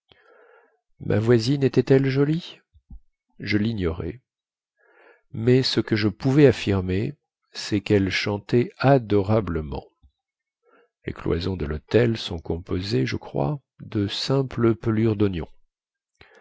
ma voisine était-elle jolie je lignorais mais ce que je pouvais affirmer cest quelle chantait adorablement les cloisons de lhôtel sont composées je crois de simple pelure doignon